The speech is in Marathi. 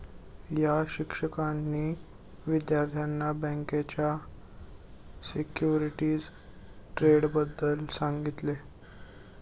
या शिक्षकांनी विद्यार्थ्यांना बँकेच्या सिक्युरिटीज ट्रेडबद्दल सांगितले